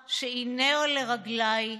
שבועה שהיא נר לרגליי